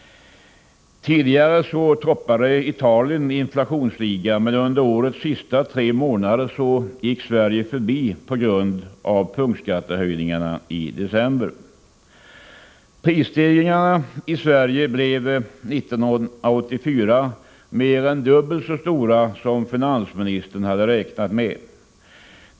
Tidigare toppade Italien inflationsligan, men under årets sista tre månader gick Sverige förbi på grund av punktskattehöjningarna i december. Prisstegringarna i Sverige blev 1984 mer än dubbelt så stora som finansministern räknat med.